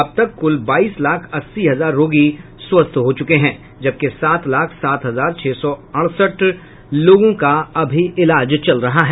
अब तक कुल बाईस लाख अस्सी हजार रोगी स्वस्थ हो चुके हैं जबकि सात लाख सात हजार छह सौ अड़सठ लोगों का अभी इलाज चल रहा है